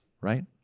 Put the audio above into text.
right